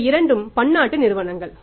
இவை இரண்டும் பன்னாட்டு நிறுவனங்கள்